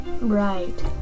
Right